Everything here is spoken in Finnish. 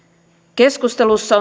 keskustelussa